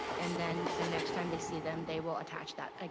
and then the next time they see them, they will attach that, ah